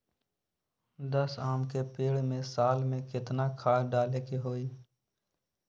दस आम के पेड़ में साल में केतना खाद्य डाले के होई?